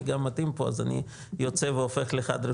אני גם מתאים פה אז אני יוצא והופך לחד-רשותי.